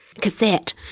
cassette